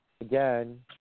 Again